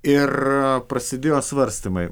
ir prasidėjo svarstymai